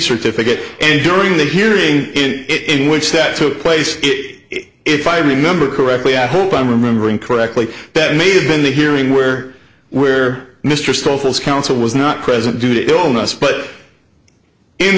certificate and during that hearing it in which that took place it if i remember correctly i hope i'm remembering correctly that may have been the hearing where we're mr stokols counsel was not present due to illness but